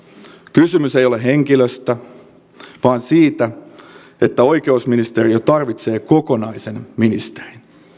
kysymys ei ole henkilöstä vaan siitä että oikeusministeriö tarvitsee kokonaisen ministerin